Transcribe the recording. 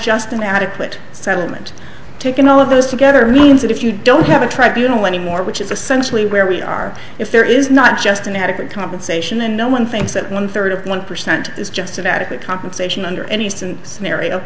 just an adequate settlement taking all of those together means that if you don't have a tribunal anymore which is essentially where we are if there is not just an adequate compensation and no one thinks that one third of one percent is just adequate compensation under any scenario